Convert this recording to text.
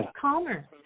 calmer